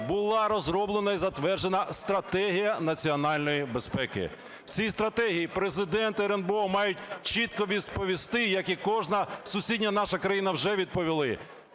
була розроблена і затверджена стратегія національної безпеки. В цій стратегії Президент і РНБО мають чітко відповісти, як і кожна сусідня наша країна вже відповіли,